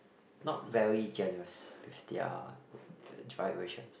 not very generous with their dry rations